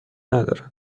ندارد